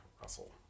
Russell